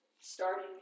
Starting